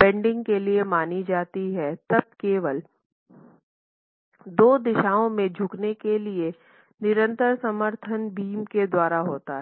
bending के लिए मानी जाती है तब केवल 2 दिशाओं में झुकने के लिए निरंतर समर्थन बीम के द्वारा होता है